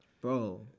Bro